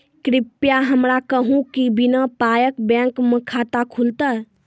कृपया हमरा कहू कि बिना पायक बैंक मे खाता खुलतै?